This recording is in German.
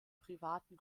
privaten